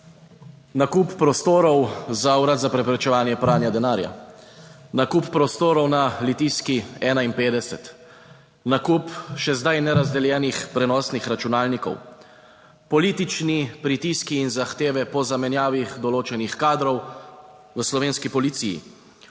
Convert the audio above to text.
nakup prostorov za urad za preprečevanje pranja denarja, nakup prostorov na Litijski 51, nakup še zdaj ne razdeljenih prenosnih računalnikov, politični pritiski in zahteve po zamenjavi določenih kadrov v Slovenski policiji.